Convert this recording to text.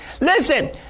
Listen